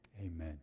Amen